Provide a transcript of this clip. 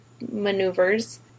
maneuvers